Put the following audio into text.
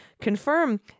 confirm